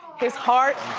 his heart.